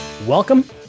Welcome